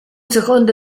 secondo